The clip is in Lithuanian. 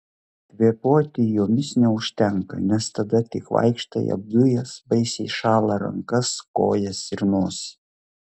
kvėpuoti jomis neužtenka nes tada tik vaikštai apdujęs baisiai šąla rankas kojas ir nosį